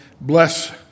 bless